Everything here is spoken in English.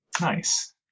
nice